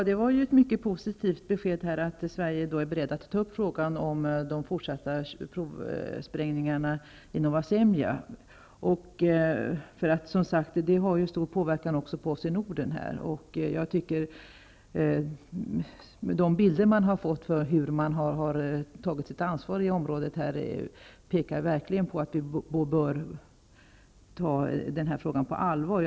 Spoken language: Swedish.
Fru talman! Det var ett positivt besked att Sverige är beredd att ta upp frågan om de fortsatta provsprängningarna i Novaja Semlja. Sprängningarna har ju som sagt en stor påverkan på oss som bor i Norden. De bilder som har framkommit visar på det ansvar som tas i området, och det pekar verkligen på att vi bör ta frågan på allvar.